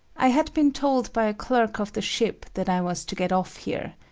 i had been told by clerk of the ship that i was to get off here.